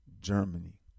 Germany